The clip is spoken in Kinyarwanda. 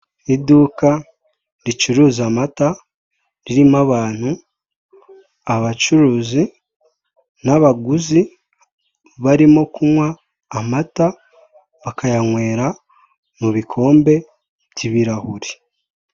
Iduka ricuruza amata ririmo abantu abacuruzi n'abaguzi barimo kunywa amata bakayanywera mu bikombe by'ibirahuri.